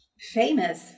famous